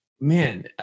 man